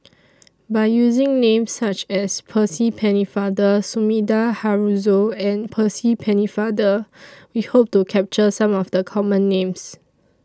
By using Names such as Percy Pennefather Sumida Haruzo and Percy Pennefather We Hope to capture Some of The Common Names